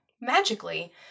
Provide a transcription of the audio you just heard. Magically